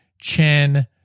Chen